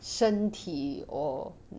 身体 or